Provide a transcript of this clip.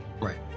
Right